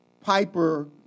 Piper